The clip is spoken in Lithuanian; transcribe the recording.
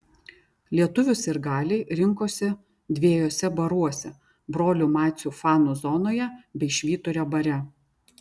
lietuvių sirgaliai rinkosi dviejuose baruose brolių macių fanų zonoje bei švyturio bare